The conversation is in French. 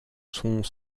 sont